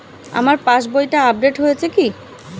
আমার পাশবইটা আপডেট হয়েছে কি?